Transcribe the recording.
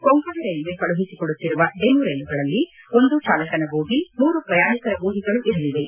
Konkan railway ಕಳುಹಿಸಿಕೊಡುತ್ತಿರುವ DEMU ರೈಲುಗಳಲ್ಲಿ ಒಂದು ಚಾಲಕನ ಬೋಗಿ ಮೂರು ಪ್ರಯಾಣಿಕರ ಬೋಗಿಗಳು ಇರಲಿವೆ